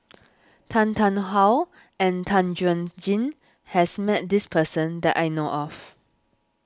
Tan Tarn How and Tan Chuan Jin has met this person that I know of